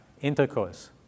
intercourse